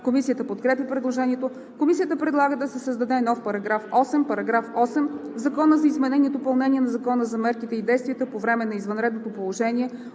Комисията подкрепя предложението. Комисията предлага да се създаде нов § 8: „§ 8. В Закона за изменение и допълнение на Закона за мерките и действията по време на извънредното положение,